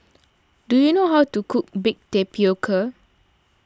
do you know how to cook Baked Tapioca